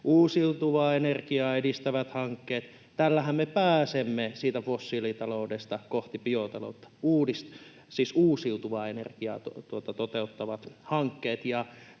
Uusiutuvaa energiaa edistävät hankkeet. Tällähän me pääsemme siitä fossiilitaloudesta kohti biotaloutta — siis uusiutuvaa energiaa toteuttavat hankkeet.